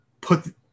put